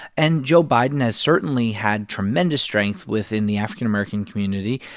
and joe biden has certainly had tremendous strength within the african american community.